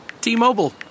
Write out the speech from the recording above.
T-Mobile